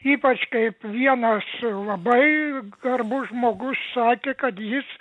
ypač kaip vienas labai garbus žmogus sakė kad jis